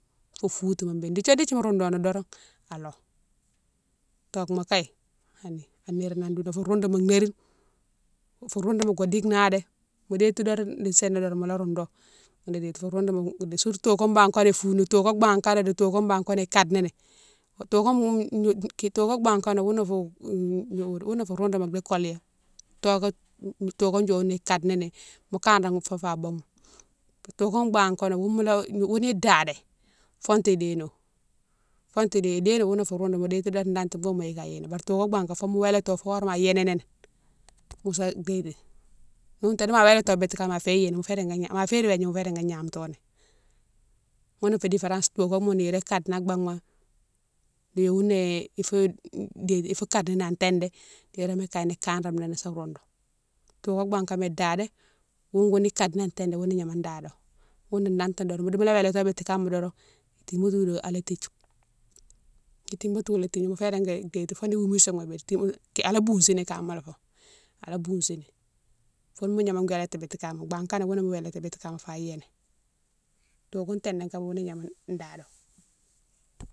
Fo foutouma bé dékdi yo dékdi mo roundo doron alon, togouma kagne hanni a nérine an dounama fo roundouma nérine, fou roundouma wo dike nadé mo déti doron di sini doron mola roundo nérine fou roundouma mo sourto comme bane kanan founi togone baghme kanan di togone baghme kana ikade ni, togone togone baghme kanéyi ghounou fé wouné fou roundouma di koligna, togou, togone dioni ikani ni mo kanré fofa bouma, togone baghme kanéyi ghounne mola, ghounou dadé fonti idénowe, fontou idénowe, idénowe ghounou fou roundouma mo déti doron dati bouma ila yini bari togone baghme kama fomou wélato fo horéma a yini ni mo sa déti ghouté nima wélato biti kama afé yini mo fé régui, ma férine wégna mofé régui gnamto ni. Ghounou fé déférence togone moune nirone kade ni an baghma yowouné ifou déti, ifou kade nini an tindé niroma kagne kanréni ni isa roundou, togone baghme kama idadé wougoune ikade ni an tindé wougoune yama dado ghounne di datama modi mola wélati wo biti kama doron tibade toudou ala toudiou, itibade tou dou la tigné mofé régui déti foni iwoumi soung berti, ala bousini kama fo, ala bousini foune mo gnama wélati biti kama, baghme kama ghounné mo wélati biti kama fa yini, togou tindé kama ghounou gnama dado.